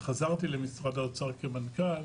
וחזרתי למשרד האוצר כמנכ"ל